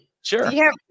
Sure